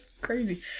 crazy